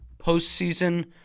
postseason